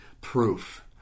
proof